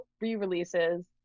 re-releases